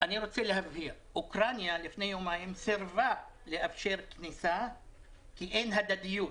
רוצה להבהיר: אוקראינה לפני יומיים סירבה לאפשר כניסה כי אין הדדיות.